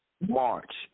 March